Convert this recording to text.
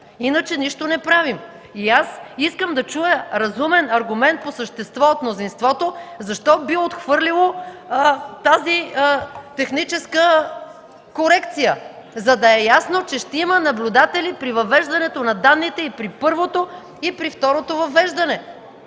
Иначе нищо не правим. Искам да чуя разумен аргумент по същество от мнозинството защо би отхвърлило тази техническа корекция, за да е ясно, че ще има наблюдатели и при първото, и при второто въвеждане